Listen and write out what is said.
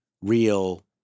real